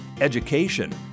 education